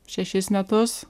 šešis metus